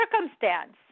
circumstance